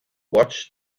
watch